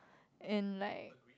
and like